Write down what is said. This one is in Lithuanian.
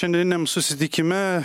šiandieniniam susitikime